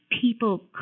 people